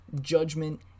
judgment